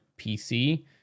PC